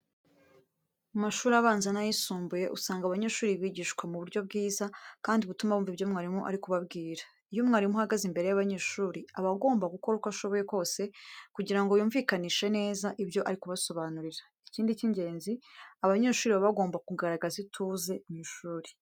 Mu mashuri abanza n'ayisumbuye usanga abanyeshuri bigishwa mu buryo bwiza kandi butuma bumva ibyo mwarimu ari kubabwira. Iyo mwarimu ahagaze imbere y'abanyeshuri, aba agomba gukora uko ashoboye kose kugira ngo yumvikanishe neza ibyo ari kubasobanurira. Ikindi cy'ingenzi, abanyeshuri baba bagomba kugaragaza ituze mu ishuri.